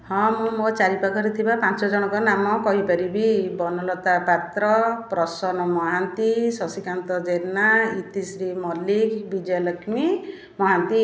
ହଁ ମୁଁ ମୋ ଚାରି ପାଖରେ ଥିବା ପାଞ୍ଚ ଜଣଙ୍କ ନାମ କହିପାରିବି ବନଲତା ପାତ୍ର ପ୍ରସନ୍ନ ମହାନ୍ତି ଶଶିକାନ୍ତ ଜେନା ଇତିଶ୍ରୀ ମଲ୍ଲିକ ବିଜୟଲକ୍ଷ୍ମୀ ମହାନ୍ତି